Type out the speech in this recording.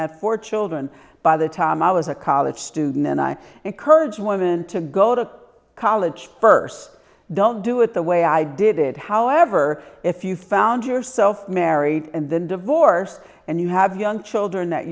had four children by the time i was a college student and i encourage women to go to college first don't do it the way i did it however if you found yourself married and then divorced and you have young children that